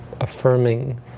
affirming